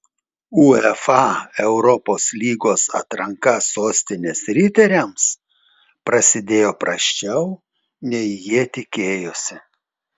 uefa europos lygos atranka sostinės riteriams prasidėjo prasčiau nei jie tikėjosi